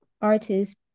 artists